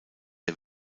der